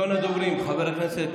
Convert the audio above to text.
הוועדה המיוחדת חבר הכנסת